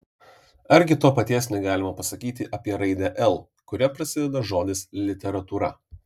argi to paties negalima pasakyti apie raidę l kuria prasideda žodis literatūra